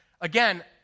again